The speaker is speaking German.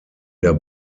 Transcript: der